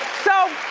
so